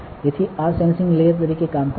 તેથી આ sensing layer તરીકે કામ કરશે